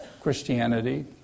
Christianity